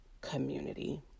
community